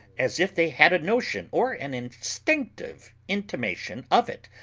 as if they had a notion or an instinctive intimation of it.